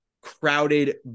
crowded